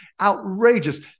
outrageous